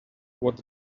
what